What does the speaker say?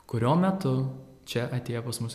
kurio metu čia atėjo pas mus